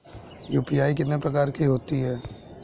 UPI कितने प्रकार की होती हैं?